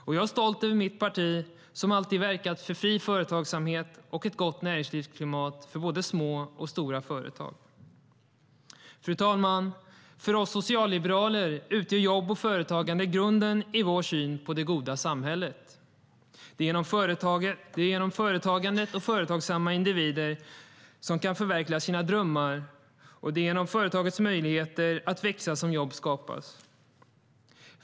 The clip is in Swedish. Och jag är stolt över mitt parti som alltid verkat för fri företagsamhet och ett gott näringslivsklimat för både små och stora företag. Fru talman! För oss socialliberaler utgör jobb och företagande grunden i vår syn på det goda samhället. Det är genom företagandet som företagsamma individer kan förverkliga sina drömmar, och det är genom företagens möjligheter att växa som jobb skapas.